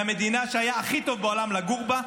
מהמדינה שהיה הכי טוב בעולם לגור בה,